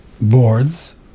boards